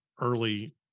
early